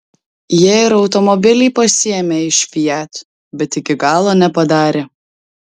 jie ir automobilį pasiėmė iš fiat bet iki galo nepadarė